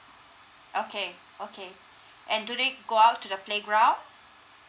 okay okay and do they go out to the playground